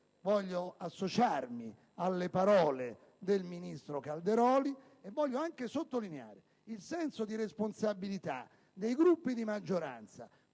Voglio associarmi alle parole del ministro Calderoli e sottolineare il senso di responsabilità dei Gruppi di maggioranza,